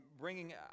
bringing